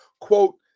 quote